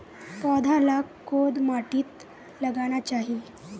पौधा लाक कोद माटित लगाना चही?